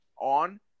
On